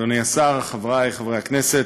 אדוני השר, חברי חברי הכנסת,